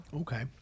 Okay